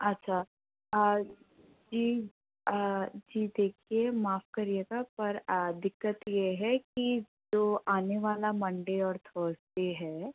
अच्छा जी जी देखिए माफ़ करिएगा पर दिक्कत यह है कि जो आने वाला मंडे और थर्सडे है